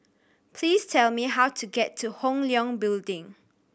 please tell me how to get to Hong Leong Building